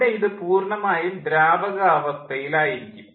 ഇവിടെ ഇത് പൂർണ്ണമായും ദ്രാവക അവസ്ഥയിൽ ആയിരിക്കും